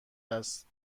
است